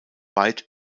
weit